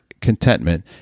contentment